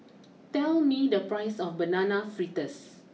tell me the price of Banana Fritters